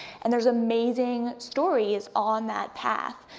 and there's amazing stories on that path,